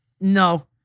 No